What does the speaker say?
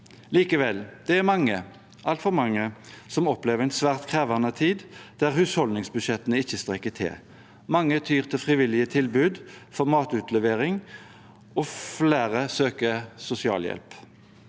Likevel er det mange, altfor mange, som opplever en svært krevende tid der husholdningsbudsjettene ikke strekker til. Mange tyr til frivillige tilbud for matutlevering, og flere søker sosialhjelp.